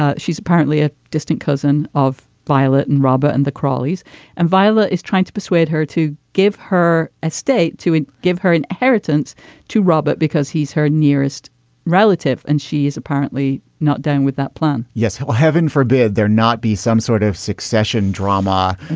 ah she's apparently a distant cousin of violet and robert and the crawlies and violet is trying to persuade her to give her estate to give her inheritance to robert because he's her nearest relative. and she is apparently not done with that plan yes. heaven forbid there not be some sort of succession drama.